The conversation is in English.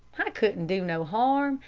it couldn't do no harm,